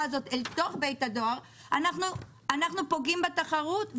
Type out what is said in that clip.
האלה אל תוך בית הדואר אנחנו פוגעים בתחרות.